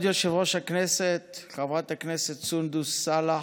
כבוד יושב-ראש הכנסת, חברת הכנסת סונדוס סאלח,